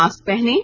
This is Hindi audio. मास्क पहनें